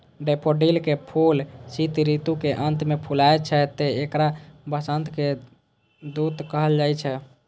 daffodil के फूल शीत ऋतु के अंत मे फुलाय छै, तें एकरा वसंतक दूत कहल जाइ छै